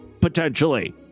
potentially